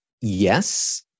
yes